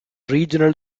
regional